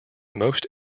most